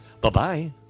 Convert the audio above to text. Bye-bye